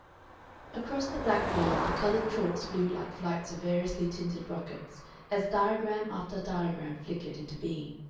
across the blackboard the colored chalks flew like flights of variously tinted rockets as diagram after diagram flickered into being.